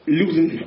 losing